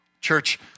Church